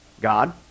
God